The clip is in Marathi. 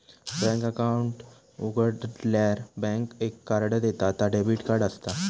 बॅन्क अकाउंट उघाडल्यार बॅन्क एक कार्ड देता ता डेबिट कार्ड असता